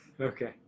Okay